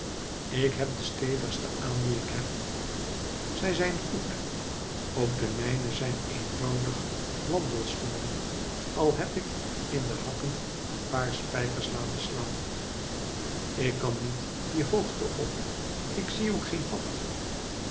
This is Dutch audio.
ik heb de stevigste aan die ik heb zij zijn goed ook de mijne zijn eenvoudige wandelschoenen al heb ik in de hakken een paar spijkers laten slaan ik kan niet die hoogte op ik zie ook geen pad